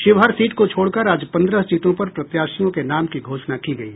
Sheohar seat को छोड़कर आज पन्द्रह सीटों पर प्रत्याशियों के नाम की घोषणा की गयी